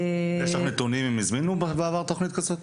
יש לך נתונים אם הזמינו, בעבר, דרך התכנית הזו?